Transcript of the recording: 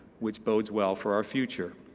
which bodes well for our future.